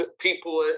people